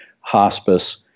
hospice